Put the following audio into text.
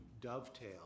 dovetail